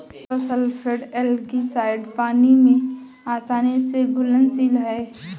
copper sulphate algicide पानी में आसानी से घुलनशील है